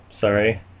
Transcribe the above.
Sorry